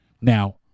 Now